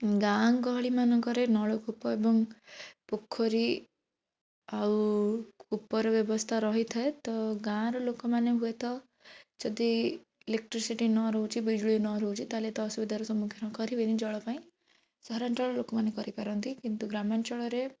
ଗାଁ ଗହଳି ମାନଙ୍କରେ ନଳକୂପ ଏବଂ ପୋଖରୀ ଆଉ ଉପର ବ୍ୟବସ୍ଥା ରହିଥାଏ ତ ଗାଁର ଲୋକମାନେ ହୁଏତ ଯଦି ଇଲେକଟ୍ରିସିଟି ନରହୁଛି ବିଜୁଳି ନରହୁଛି ତାହେଲେ ଏତେ ଅସୁବିଧାର ସମ୍ମୁଖୀନ କରିବେନି ଜଳପାଇଁ ସହରାଞ୍ଚଳର ଲୋକମାନେ କରିପାରନ୍ତି କିନ୍ତୁ ଗ୍ରାମାଞ୍ଚଳରେ